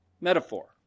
metaphor